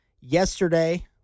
yesterday